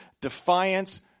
defiance